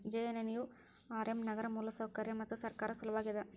JNNU ಮತ್ತು RM ನಗರ ಮೂಲಸೌಕರ್ಯಕ್ಕ ಮತ್ತು ಸರ್ಕಾರದ್ ಸಲವಾಗಿ ಅದ